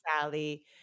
Sally